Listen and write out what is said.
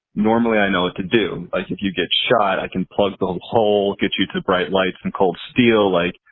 normally, i know what to do. like, if you get shot, i can plug the um hole, get you to the bright lights and cold steel. like,